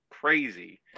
Crazy